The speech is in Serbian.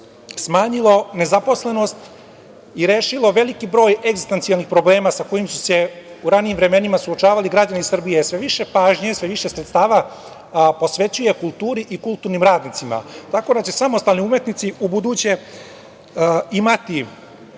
smanjilo nezaposlenost i rešilo veliki broj egzistencionalnih problema sa kojim su se u ranijim vremenima suočavali građani Srbije. Sve više pažnje, sve više sredstava posvećuje kulturi i kulturnim radnicima. Tako da će samostalni umetnici u buduće imati